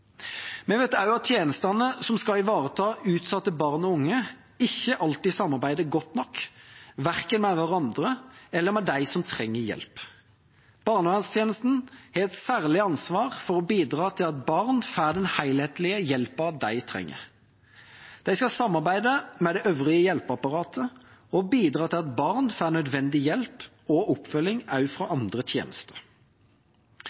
Vi vet også at tjenestene som skal ivareta utsatte barn og unge, ikke alltid samarbeider godt nok, verken med hverandre eller med dem som trenger hjelp. Barnevernstjenesten har et særlig ansvar for å bidra til at barn får den helhetlige hjelpen de trenger. De skal samarbeide med det øvrige hjelpeapparatet og bidra til at barn får nødvendig hjelp og oppfølging også fra